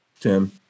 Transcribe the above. Tim